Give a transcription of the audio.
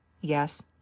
yes